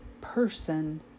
person